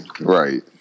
Right